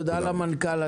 תודה למנכ"ל.